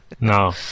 No